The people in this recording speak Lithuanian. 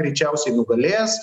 greičiausiai nugalės